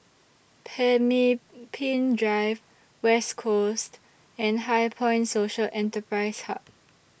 Pemimpin Drive West Coast and HighPoint Social Enterprise Hub